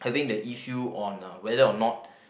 having the issue on uh whether or not